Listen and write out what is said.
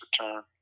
return